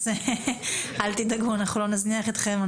אל תדאגו, אנחנו לא נזניח אתכם.